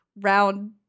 round